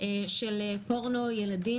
של פורנו ילדים,